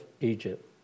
Egypt